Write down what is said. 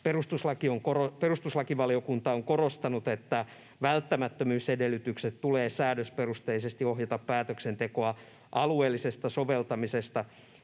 ”Perustuslakivaliokunta on korostanut, että välttämättömyysedellytyksen tulee säädösperusteisesti ohjata päätöksentekoa alueellisesta soveltamisesta